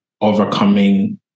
overcoming